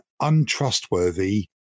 untrustworthy